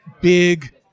big